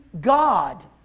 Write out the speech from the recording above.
God